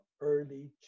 early